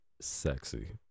sexy